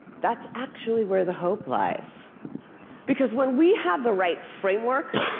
that's actually where the hopes lies because when we have the right framework,